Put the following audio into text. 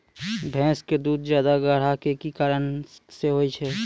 भैंस के दूध ज्यादा गाढ़ा के कि कारण से होय छै?